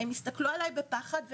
הם הסתכלו עליי בפחד,